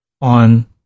on